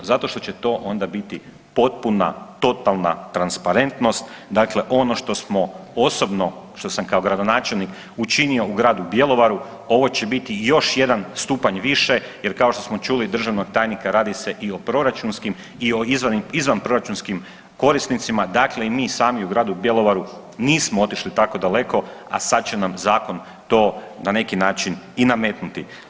Zato što će to onda biti potpuna totalna transparentnost, dakle ono što smo osobno, što sam kao gradonačelnik učinio u gradu Bjelovaru, ovo će biti još jedan stupanj više jer kao što čuli od državnog tajnika, radi se i o proračunskim i o izvanproračunskim korisnicima, dakle i mi sami u gradu Bjelovaru nismo otišli tako daleko a sad će nam zakon to na neki način i nametnuti.